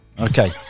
Okay